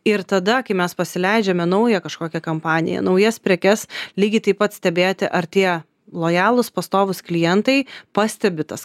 ir tada kai mes pasileidžiame naują kažkokią kampaniją naujas prekes lygiai taip pat stebėti ar tie lojalūs pastovūs klientai pastebi tas